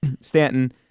Stanton